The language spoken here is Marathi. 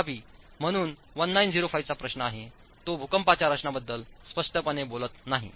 तथापि म्हणून 1905 चा प्रश्न आहे तो भूकंपाच्या रचनाबद्दल स्पष्टपणे बोलत नाही